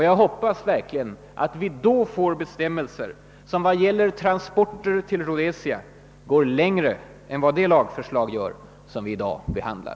Jag hoppas att vi då får bestämmelser, som vad gäller transporter till Rhodesia går längre än det lagförslag gör som vi i dag behandlar.